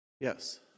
Yes